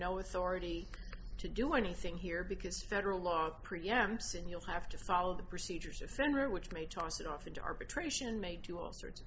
no authority to do anything here because federal law pre amps and you'll have to follow the procedures of surrender which may toss it off into arbitration made to all sorts